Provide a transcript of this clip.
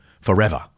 forever